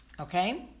Okay